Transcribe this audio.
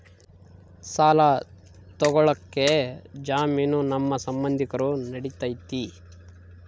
ಸಾಲ ತೊಗೋಳಕ್ಕೆ ಜಾಮೇನು ನಮ್ಮ ಸಂಬಂಧಿಕರು ನಡಿತೈತಿ?